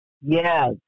Yes